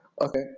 Okay